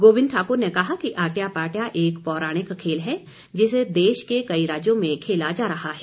गोविंद ठाक्र ने कहा कि आट्या पाट्या एक पौराणिक खेल है जिसे देश के कई राज्यों में खेला जा रहा है